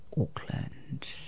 Auckland